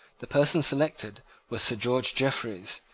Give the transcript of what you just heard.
the person selected was sir george jeffreys,